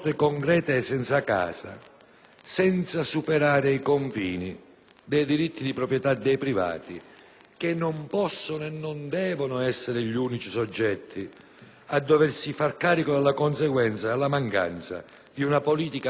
senza superare i confini dei diritti di proprietà dei privati, che non possono e non devono essere gli unici soggetti a doversi far carico delle conseguenze derivanti dalla mancanza di una politica abitativa delle istituzioni.